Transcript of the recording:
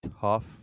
tough